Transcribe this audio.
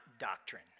doctrine